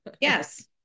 Yes